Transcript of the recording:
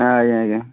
ଆଜ୍ଞା ଆଜ୍ଞା